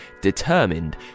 determined